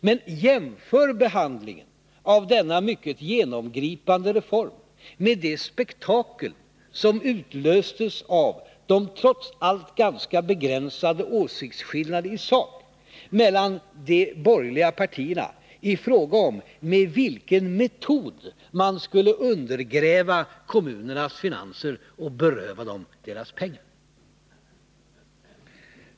Men jämför behandlingen av denna mycket genomgripande reform med det spektakel som utlöstes av de trots allt ganska begränsade åsiktskillnaderna i sak mellan de borgerliga partierna i fråga om med vilken metod man skulle undergräva kommunernas finanser och beröva dem deras pengar!